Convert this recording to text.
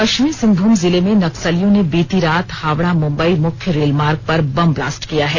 पश्चिमी सिंहभूम जिले में नक्सलियों ने बीती रात हावड़ा मुंबई मुख्य रेलमार्ग पर बम ब्लास्ट किया है